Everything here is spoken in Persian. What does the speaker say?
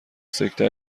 سکته